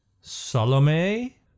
Salome